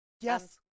Yes